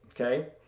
Okay